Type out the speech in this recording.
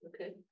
Okay